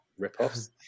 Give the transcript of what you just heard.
ripoffs